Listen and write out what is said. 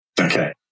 Okay